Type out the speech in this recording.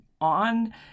on